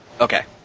Okay